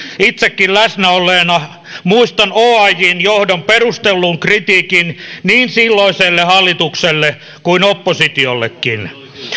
itsekin läsnä olleena muistan oajn johdon perustellun kritiikin niin silloiselle hallitukselle kuin oppositiollekin